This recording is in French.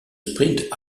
sprint